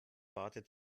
wartet